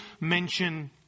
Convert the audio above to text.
mention